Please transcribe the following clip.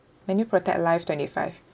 manuprotect life twenty five